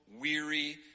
weary